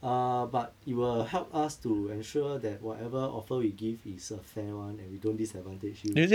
uh but it will help us to ensure that whatever offer we give is a fair one and we don't disadvantage you